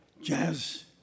jazz